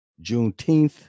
Juneteenth